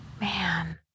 Man